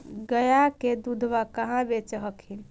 गया के दूधबा कहाँ बेच हखिन?